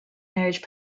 marriage